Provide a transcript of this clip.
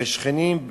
ושכנים,